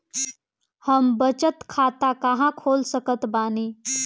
हम बचत खाता कहां खोल सकत बानी?